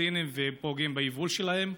הפלסטינים ופוגעים ביבול שלהם?